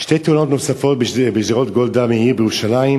שתי תאונות נוספות בשדרות גולדה מאיר בירושלים,